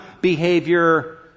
behavior